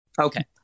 Okay